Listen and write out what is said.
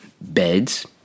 Beds